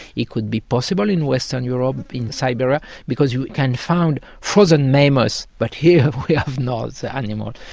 it could be possible in western europe, in siberia, because you can find frozen mammoths, but here, we have not the animal.